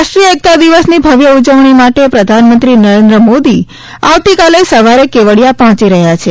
રાષ્ટ્રીય એકતા દિવસની ભવ્ય ઊજવણી માટે પ્રધાનમંત્રી નરેન્દ્ર મોદી કાલે સવારે કેવડીયા પહોંચી રહ્યા છે